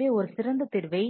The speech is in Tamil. எனவே ஒரு சிறந்த தீர்வை